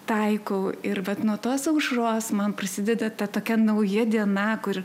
taikau ir vat nuo tos aušros man prasideda ta tokia nauja diena kuri